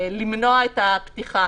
למנוע את הפתיחה?